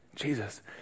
Jesus